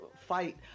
fight